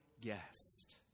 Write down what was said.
guest